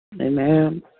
Amen